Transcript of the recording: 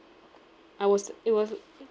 I was it was